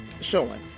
showing